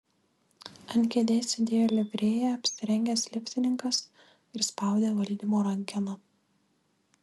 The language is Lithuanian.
ant kėdės sėdėjo livrėja apsirengęs liftininkas ir spaudė valdymo rankeną